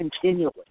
continually